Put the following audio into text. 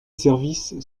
services